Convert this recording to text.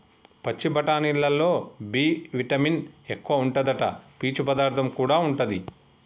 పచ్చి బఠానీలల్లో B vitamin ఎక్కువుంటాదట, పీచు పదార్థం కూడా ఉంటది